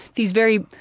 these very,